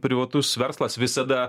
privatus verslas visada